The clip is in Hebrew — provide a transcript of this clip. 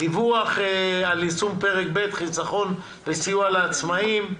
דיווח על יישום פרק ב' חיסכון וסיוע לעצמאים.